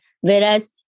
Whereas